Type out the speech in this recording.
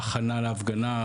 ההכנה להפגנה.